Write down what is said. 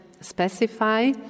specify